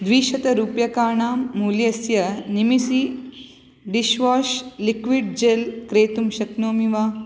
द्विशतरूप्यकाणां मूल्यस्य निमीसि dishwash liquid gel क्रेतुं शक्नोमि वा